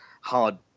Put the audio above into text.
hard